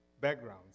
backgrounds